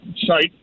site